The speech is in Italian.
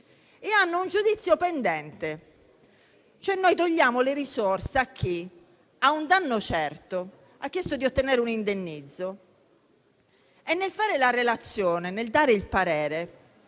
che hanno un giudizio pendente. Noi togliamo quindi risorse a chi ha un danno certo e ha chiesto di ottenere un indennizzo. Nel fare la relazione e nel dare il parere